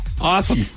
Awesome